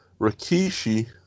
Rikishi